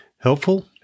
helpful